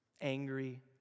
angry